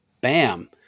bam